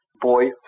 boy